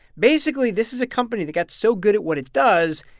basically, this is a company that got so good at what it does,